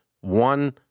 One